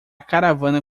caravana